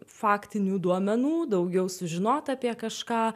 faktinių duomenų daugiau sužinot apie kažką